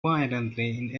violently